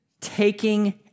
taking